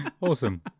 Awesome